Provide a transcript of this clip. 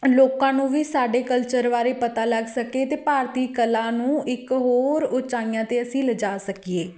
ਲੋਕਾਂ ਨੂੰ ਵੀ ਸਾਡੇ ਕਲਚਰ ਬਾਰੇ ਪਤਾ ਲੱਗ ਸਕੇ ਅਤੇ ਭਾਰਤੀ ਕਲਾ ਨੂੰ ਇੱਕ ਹੋਰ ਉਚਾਈਆਂ 'ਤੇ ਅਸੀਂ ਲਿਜਾ ਸਕੀਏ